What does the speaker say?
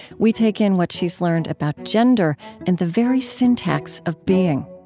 we take in what she's learned about gender and the very syntax of being